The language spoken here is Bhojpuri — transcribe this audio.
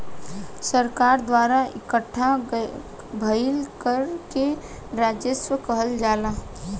सरकार द्वारा इकट्ठा भईल कर के राजस्व कहल जाला